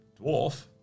Dwarf